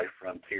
Frontier